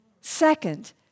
Second